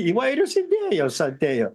įvairios idėjos atėjo